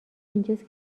اینجاست